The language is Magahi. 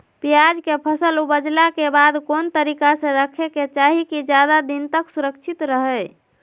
प्याज के फसल ऊपजला के बाद कौन तरीका से रखे के चाही की ज्यादा दिन तक सुरक्षित रहय?